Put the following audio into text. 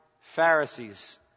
Pharisees